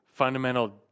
fundamental